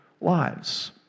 lives